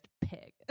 pig